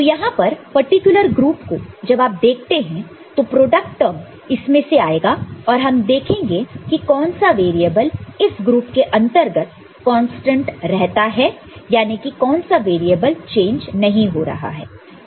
तो यहां पर इस पर्टिकुलर ग्रुप को जब आप देखते हैं तो प्रोडक्ट टर्म इसमें से आएगा और हम देखेंगे कि कौन सा वेरिएबल इस ग्रुप के अंतर्गत कांस्टेंट रहता है यानी कि कौन सा वेरिएबल चेंज नहीं हो रहा है